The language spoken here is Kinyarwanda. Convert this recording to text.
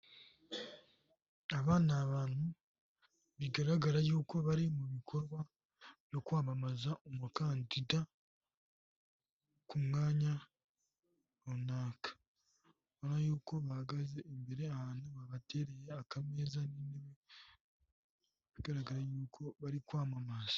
Aba ni abantu bigaragara yuko bari mu bikorwa byo kwamamaza umukandida ku mwanya runaka. Ubona ko bahagaze imbere yabo hari ahantu babatereye akameza bigaragara yuko bari kwamamaza.